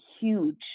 huge